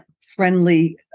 friendly